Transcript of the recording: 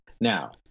Now